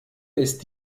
ist